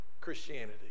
Christianity